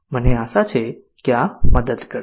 મને આશા છે કે આ મદદ કરશે